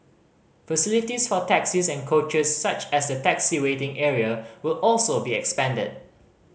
facilities for taxis and coaches such as the taxi waiting area will also be expanded